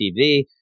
TV